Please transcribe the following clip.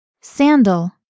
Sandal